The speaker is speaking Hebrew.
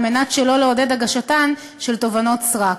על מנת שלא לעודד הגשתן של תובענות סרק.